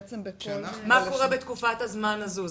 השאלה שנשאלת היא מה קורה בתקופת הזמן הזו?